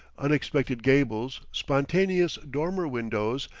unexpected gables, spontaneous dormer windows,